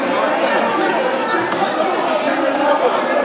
תתייעצי עם הלשכה המשפטית,